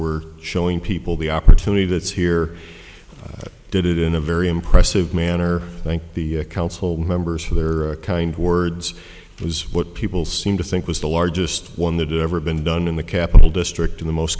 we're showing people the opportunity that's here did it in a very impressive manner thank the council members for their kind words was what people seem to think was the largest one that ever been done in the capital district in the most